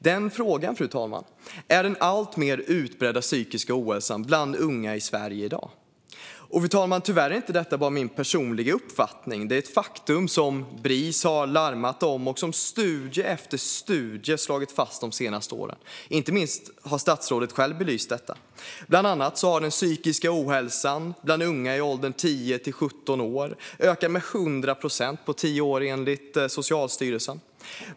Den frågan, fru talman, är den alltmer utbredda psykiska ohälsan bland unga i Sverige i dag. Fru talman! Tyvärr är detta inte bara min personliga uppfattning. Det är ett faktum som Bris har larmat om och som studie efter studie slagit fast de senaste åren. Inte minst har statsrådet själv belyst detta. Bland annat har den psykiska ohälsan bland unga i åldern 10-17 år enligt Socialstyrelsen ökat med 100 procent på tio år.